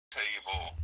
table